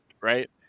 right